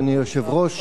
אדוני היושב-ראש,